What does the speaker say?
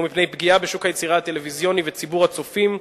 ובשל החשש מפני פגיעה בשוק היצירה הטלוויזיוני ובציבור הצופים,